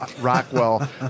Rockwell